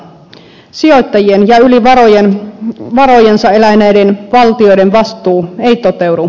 sijoittajien ja yli varojensa eläneiden valtioiden vastuu ei toteudu